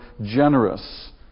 generous